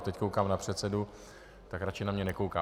Teď koukám na předsedu, tak radši na mě nekouká.